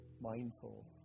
Mindful